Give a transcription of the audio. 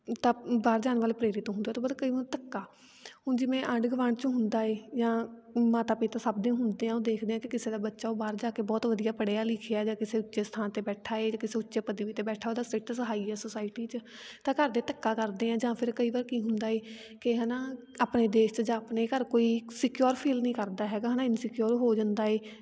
ਤਾਂ ਬਾਹਰ ਜਾਣ ਵੱਲ ਪ੍ਰੇਰਿਤ ਹੁੰਦਾ ਉਹ ਤੋਂ ਬਾਅਦ ਕਈ ਵਾਰ ਧੱਕਾ ਹੁਣ ਜਿਵੇਂ ਆਂਢ ਗਵਾਂਢ 'ਚ ਹੁੰਦਾ ਹੈ ਜਾਂ ਮਾਤਾ ਪਿਤਾ ਸਭ ਦੇ ਹੁੰਦੇ ਆ ਉਹ ਦੇਖਦੇ ਆ ਕਿ ਕਿਸੇ ਦਾ ਬੱਚਾ ਉਹ ਬਾਹਰ ਜਾ ਕੇ ਬਹੁਤ ਵਧੀਆ ਪੜ੍ਹਿਆ ਲਿਖਿਆ ਜਾਂ ਕਿਸੇ ਉੱਚੇ ਸਥਾਨ 'ਤੇ ਬੈਠਾ ਹੈ ਜਾਂ ਕਿਸੇ ਉੱਚੇ ਪਦਵੀ 'ਤੇ ਬੈਠਾ ਉਹਦਾ ਸਟੇਟਸ ਹਾਈ ਆ ਸੋਸਾਈਟੀ 'ਚ ਤਾਂ ਘਰ ਦੇ ਧੱਕਾ ਕਰਦੇ ਆ ਜਾਂ ਫਿਰ ਕਈ ਵਾਰ ਕੀ ਹੁੰਦਾ ਹੈ ਕਿ ਹੈ ਨਾ ਆਪਣੇ ਦੇਸ਼ 'ਚ ਜਾਂ ਆਪਣੇ ਘਰ ਕੋਈ ਸਿਕਿਓਰ ਫੀਲ ਨਹੀਂ ਕਰਦਾ ਹੈਗਾ ਹੈ ਨਾ ਇਨਸਿਕਿਓਰ ਹੋ ਜਾਂਦਾ ਹੈ